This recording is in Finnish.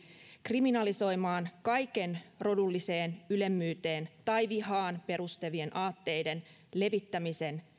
kriminalisoimaan kaiken rodulliseen ylemmyyteen tai vihaan perustuvien aatteiden levittämisen